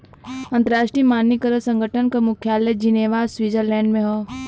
अंतर्राष्ट्रीय मानकीकरण संगठन क मुख्यालय जिनेवा स्विट्जरलैंड में हौ